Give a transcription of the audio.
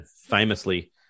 famously